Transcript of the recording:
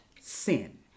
sin